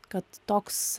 kad toks